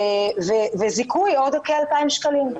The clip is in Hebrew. וזיכוי עוד כ-2,000 שקלים.